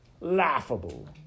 Laughable